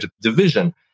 division